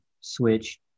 switch